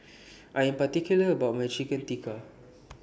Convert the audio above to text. I Am particular about My Chicken Tikka